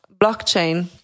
blockchain